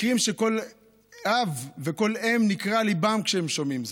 מקרים שכל אב וכל אם, נקרע ליבם כשהם שומעים זאת.